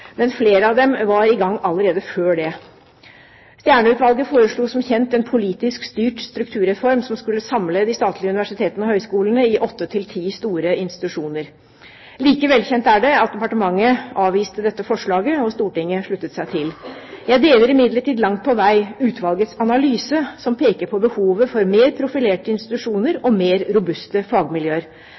men flere av dem var i gang allerede før det. Stjernø-utvalget foreslo som kjent en politisk styrt strukturreform som skulle samle de statlige universitetene og høyskolene i åtte–ti store institusjoner. Like velkjent er det at departementet avviste dette forslaget, og Stortinget sluttet seg til. Jeg deler imidlertid langt på vei utvalgets analyse, som peker på behovet for mer profilerte institusjoner og mer robuste fagmiljøer.